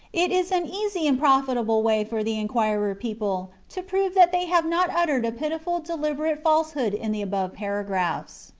it is an easy and profitable way for the enquirer people to prove that they have not uttered a pitiful, deliberate falsehood in the above paragraphs.